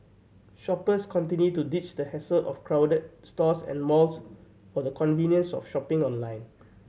shoppers continue to ditch the hassle of crowded stores and malls for the convenience of shopping online